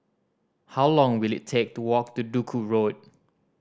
how long will it take to walk to Duku Road